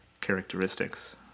characteristics